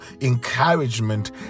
encouragement